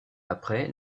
après